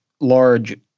large